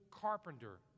carpenter